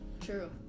True